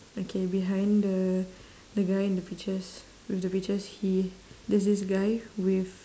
okay behind the the guy in the peaches with the peaches he there's this guy with